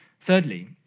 Thirdly